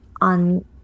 on